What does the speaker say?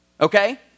Okay